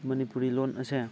ꯃꯅꯤꯄꯨꯔꯤ ꯂꯣꯟ ꯑꯁꯦ